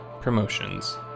promotions